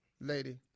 lady